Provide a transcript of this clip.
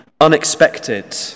unexpected